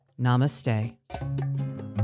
Namaste